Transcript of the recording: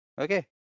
okay